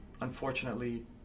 unfortunately